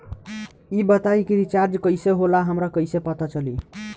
ई बताई कि रिचार्ज कइसे होला हमरा कइसे पता चली?